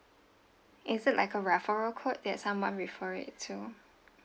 is it like a referral code that someone refer it to